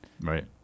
Right